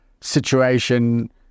situation